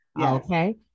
Okay